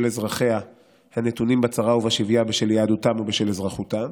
אזרחיה הנתונים בצרה ובשביה בשל יהדותם או בשל אזרחותם".